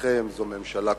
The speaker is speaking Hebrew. לשיטתכם, זו ממשלה כושלת.